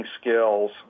skills